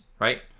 right